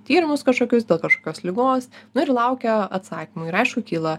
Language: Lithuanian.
tyrimus kažkokius dėl kažkokios ligos nu ir laukia atsakymų ir aišku kyla